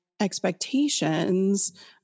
expectations